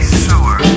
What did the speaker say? sewer